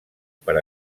per